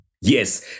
Yes